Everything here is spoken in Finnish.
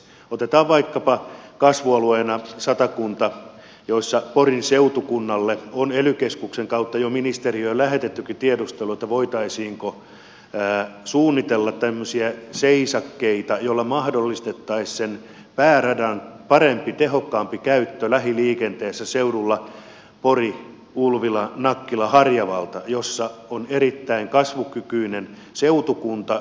otetaan vaikkapa kasvualueena satakunta jossa porin seutukunnalle on ely keskuksen kautta jo ministeriöön lähetettykin tiedustelu että voitaisiinko suunnitella tämmöisiä seisakkeita joilla mahdollistettaisiin sen pääradan parempi tehokkaampi käyttö lähiliikenteessä seudulla poriulvilanakkilaharjavalta jossa on erittäin kasvukykyinen seutukunta